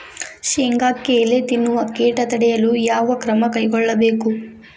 ಶೇಂಗಾಕ್ಕೆ ಎಲೆ ತಿನ್ನುವ ಕೇಟ ತಡೆಯಲು ಯಾವ ಕ್ರಮ ಕೈಗೊಳ್ಳಬೇಕು?